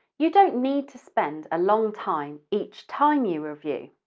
you don't need to spend a long time each time you review.